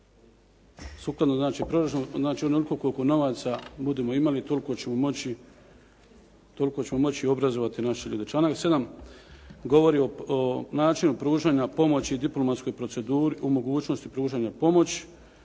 Znači onoliko koliko novaca budemo imali, toliko ćemo moći obrazovati naše ljude. Članak 7. govori o načinu pružanja pomoći diplomatskoj proceduri u mogućnosti pomoći,